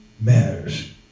matters